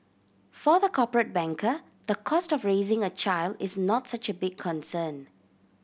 for the corporate banker the cost of raising a child is not such a big concern